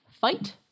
fight